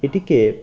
এটিকে